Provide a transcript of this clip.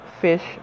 fish